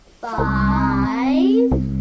five